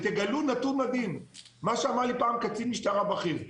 תגלו נתון מדהים, מה שאמר לי פעם קצין משטרה בכיר.